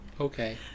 okay